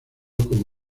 como